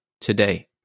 today